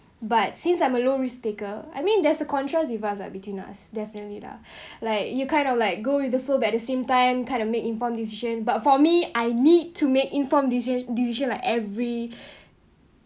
but since I'm a low risk taker I mean there's a contrast with us between us definitely lah like you kind of like go with the flow at the same time kind of make informed decisions but for me I need to make informed deci~ decision like every